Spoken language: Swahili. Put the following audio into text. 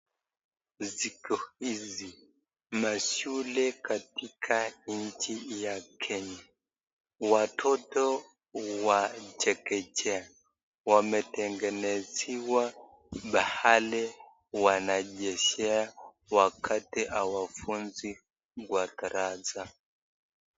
Siku hizi mashule katika nchi ya kenya, watoto wa chekechea wametengenezewa mahali wanachezea wakati hawafunzwi kwa darasa.